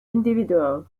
individual